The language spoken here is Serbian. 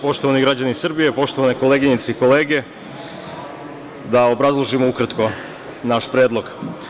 Poštovani građani Srbije, poštovane koleginice i kolege da obrazložim ukratko naš predlog.